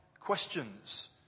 questions